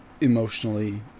emotionally